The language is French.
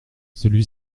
celui